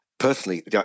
Personally